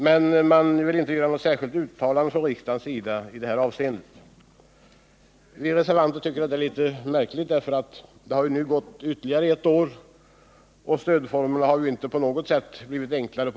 Men man vill inte göra något uttalande från riksdagens sida i detta avseende. Vi reservanter tycker att detta är litet märkligt, eftersom det nu gått ytterligare ett år och eftersom stödformerna under den tiden inte på något sätt blivit enklare.